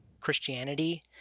Christianity